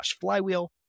flywheel